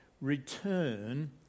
Return